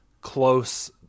close